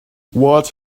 what